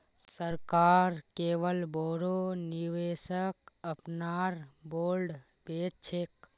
सरकार केवल बोरो निवेशक अपनार बॉन्ड बेच छेक